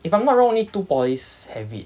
if I'm not wrong only two polys have it